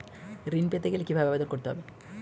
ঋণ পেতে গেলে কিভাবে আবেদন করতে হবে?